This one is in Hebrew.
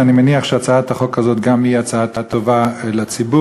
אני מניח שהצעת החוק הזאת גם היא הצעה טובה לציבור.